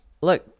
look